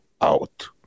out